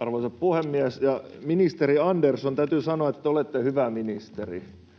Arvoisa puhemies! Ministeri Andersson, täytyy sanoa, että te olette hyvä ministeri.